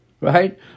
right